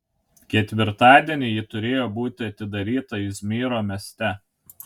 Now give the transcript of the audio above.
ketvirtadienį ji turėjo būti atidaryta izmyro mieste